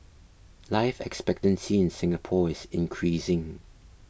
life expectancy in Singapore is increasing